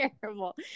terrible